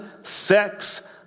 sex